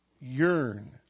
yearn